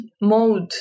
mode